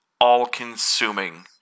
All-consuming